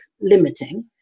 limiting